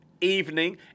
evening